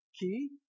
key